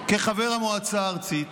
כחבר המועצה הארצית,